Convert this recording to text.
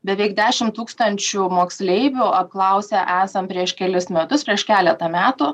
beveik dešim tūkstančių moksleivių apklausę esam prieš kelis metus prieš keletą metų